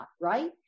right